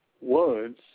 words